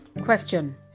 question